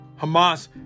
Hamas